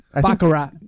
baccarat